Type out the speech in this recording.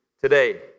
today